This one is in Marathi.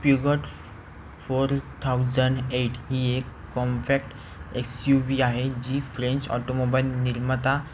प्युगॉट फोर थाउजंड एट ही एक कॉम्फॅक्ट एस यू वी आहे जी फ्लेंच ऑटोमोबाईल निर्माता